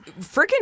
Freaking